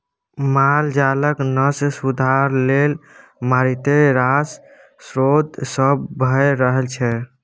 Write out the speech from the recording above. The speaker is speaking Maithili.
माल जालक नस्ल सुधार लेल मारिते रास शोध सब भ रहल छै